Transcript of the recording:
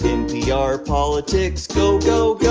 npr politics, go, go, go.